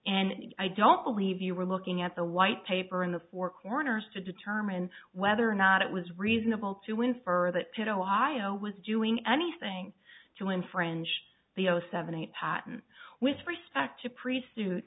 and i don't believe you were looking at the white paper in the four corners to determine whether or not it was reasonable to infer that pedo io was doing anything to infringe the zero seven eight patent with respect to priests suit